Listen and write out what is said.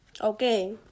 Okay